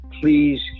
Please